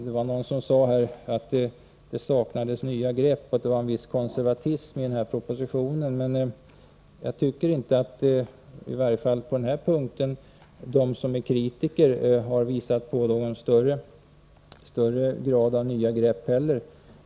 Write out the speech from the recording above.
Det var någon som sade att det saknades nya grepp och att den här propositionen präglades av en viss konservatism. Jag tycker inte att kritikerna på den här punkten har visat upp någon större grad av nya grepp.